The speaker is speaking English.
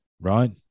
right